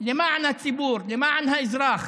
למען הציבור, למען האזרח,